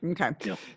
Okay